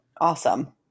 Awesome